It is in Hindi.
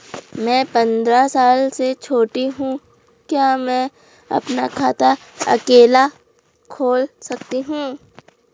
मैं पंद्रह साल से छोटी हूँ क्या मैं अपना खाता अकेला खोल सकती हूँ?